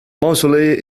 moseley